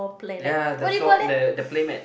ya the floor the the play mat